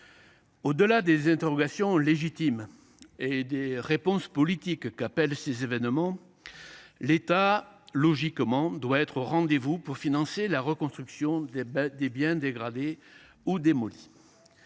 au delà des interrogations légitimes et des réponses politiques qu’appellent ces événements, l’État doit être au rendez vous pour financer la reconstruction des biens dégradés ou démolis.